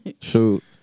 shoot